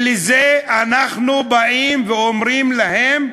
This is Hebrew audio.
ועל זה אנחנו באים ואומרים להם: